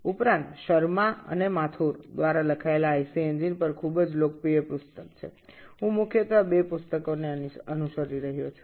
এছাড়াও শর্মা এবং মাথুরের লেখা আইসি ইঞ্জিনে একটি খুব জনপ্রিয় বই রয়েছে আমি প্রাথমিকভাবে এই দুটি বই অনুসরণ করছি